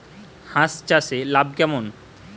হাঁস চাষে লাভ কেমন?